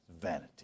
vanity